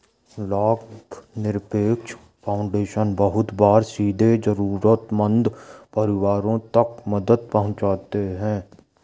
लाभनिरपेक्ष फाउन्डेशन बहुत बार सीधे जरूरतमन्द परिवारों तक मदद पहुंचाते हैं